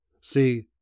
See